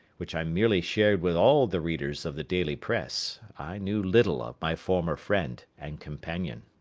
which i merely shared with all the readers of the daily press, i knew little of my former friend and companion.